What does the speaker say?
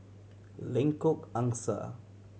Lengkok Angsa